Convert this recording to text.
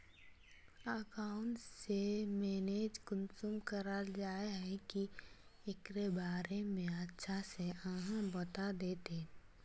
Account के manage कुंसम कराल जाय है की एकरा बारे में अच्छा से आहाँ बता देतहिन?